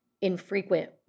infrequent